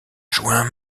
joint